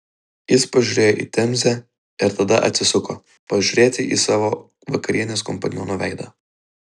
jis pažiūrėjo į temzę ir tada atsisuko pažiūrėti į savo vakarienės kompaniono veidą